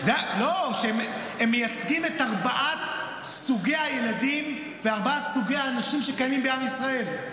הם מייצגים את ארבעת סוגי הילדים וארבעת סוגי האנשים שקיימים בעם ישראל.